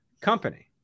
company